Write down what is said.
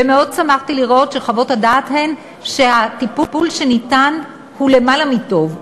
ומאוד שמחתי לראות שחוות הדעת הן שהטיפול שניתן הוא למעלה מטוב,